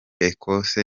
ecosse